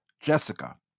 Jessica